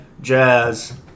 Jazz